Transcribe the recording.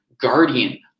guardian